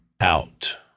out